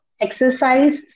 exercise